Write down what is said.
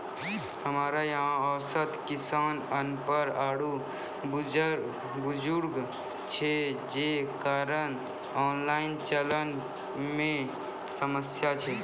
हमरा यहाँ औसत किसान अनपढ़ आरु बुजुर्ग छै जे कारण से ऑनलाइन चलन मे समस्या छै?